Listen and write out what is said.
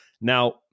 Now